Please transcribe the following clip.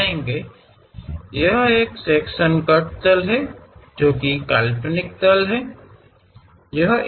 ವಿಭಾಗೀಯ ಕಟ್ ಸಮತಲ ಒಂದು ಕಾಲ್ಪನಿಕ ಸಮತಲವಾಗಿದೆ ಹಾಗೂ ಇದು ಒಂದೇ